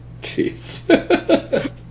Jeez